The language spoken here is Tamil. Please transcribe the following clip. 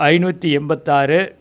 ஐநூற்றி எண்பத்தாறு